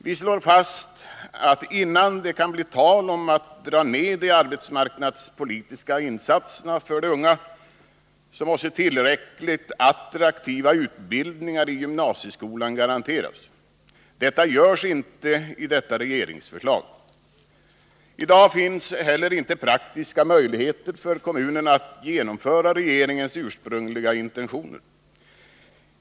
Vi slår fast att innan det kan bli tal om att dra ned de arbetsmarknadspolitiska insatserna för de unga måste tillräckligt attraktiva utbildningar i gymnasieskolan garanteras. Det garanteras inte i detta regeringsförslag. I dag finns heller inte praktiska möjligheter för kommunerna att genomföra regeringens ursprungliga intentioner.